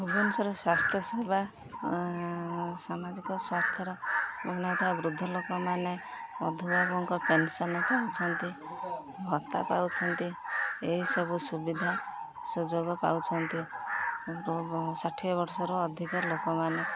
ଭୁବନେଶ୍ୱର ସ୍ୱାସ୍ଥ୍ୟ ସେବା ସାମାଜିକ ସ୍ୱାସ୍ଥ୍ୟର ଭିନ୍ନତା ବୃଦ୍ଧି ଲୋକମାନେ ମଧୁବାବୁଙ୍କ ପେନ୍ସନ୍ ପାଉଛନ୍ତି ଭତ୍ତା ପାଉଛନ୍ତି ଏହିସବୁ ସୁବିଧା ସୁଯୋଗ ପାଉଛନ୍ତି ଷାଠିଏ ବର୍ଷର ଅଧିକ ଲୋକମାନେ